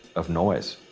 of noise.